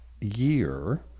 year